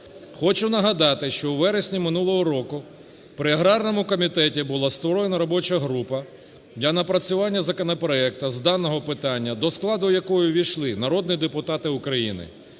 Хочу нагадати, що у вересні минулого року при аграрному комітеті була створена робоча група для напрацювання законопроекту з даного питання, до складу якої увійшли народні депутати України,